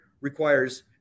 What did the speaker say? requires